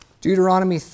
Deuteronomy